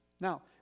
Now